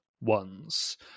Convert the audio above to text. ones